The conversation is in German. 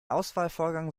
auswahlvorgang